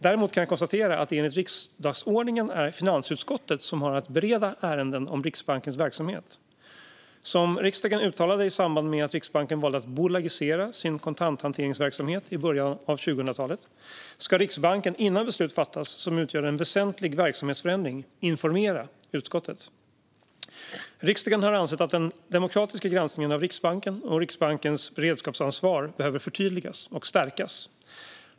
Däremot kan jag konstatera att det enligt riksdagsordningen är finansutskottet som har att bereda ärenden om Riksbankens verksamhet. Som riksdagen uttalade i samband med att Riksbanken valde att bolagisera sin kontanthanteringsverksamhet i början av 2000-talet ska Riksbanken, innan beslut fattas som utgör en väsentlig verksamhetsförändring, informera utskottet. Riksdagen har ansett att den demokratiska granskningen av Riksbanken och Riksbankens beredskapsansvar behöver förtydligas och stärkas.